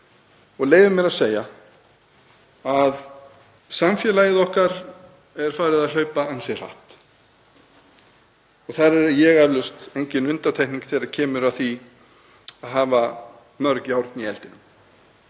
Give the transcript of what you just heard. og leyfi mér að segja að samfélagið okkar sé farið að hlaupa ansi hratt. Þar er ég eflaust engin undantekning þegar kemur að því að vera með mörg járn í eldinum.